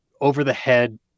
over-the-head